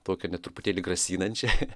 tokią net truputėlį grasinančią